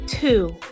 two